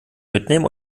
mitnehmen